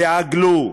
תעגלו,